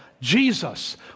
Jesus